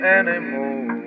anymore